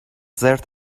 زرت